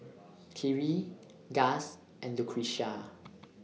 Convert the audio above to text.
Khiry Gust and Lucretia